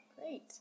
Great